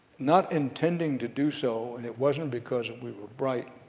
not intending to do so, and it wasn't because we were bright,